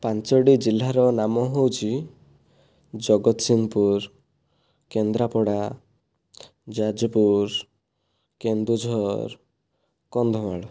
ପାଞ୍ଚୋଟି ଜିଲ୍ଲାର ନାମ ହେଉଛି ଜଗତସିଂହପୁର କେନ୍ଦ୍ରାପଡ଼ା ଯାଜପୁର କେନ୍ଦୁଝର କନ୍ଧମାଳ